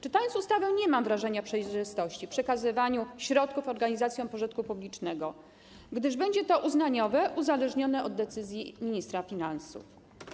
Czytając ustawę, nie mam wrażenia przejrzystości w przekazywaniu środków organizacjom pożytku publicznego, gdyż będzie to uznaniowe, uzależnione od decyzji ministra finansów.